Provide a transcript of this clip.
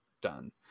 done